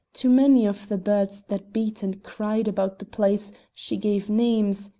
to many of the birds that beat and cried about the place she gave names,